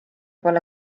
pole